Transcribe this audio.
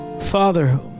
Father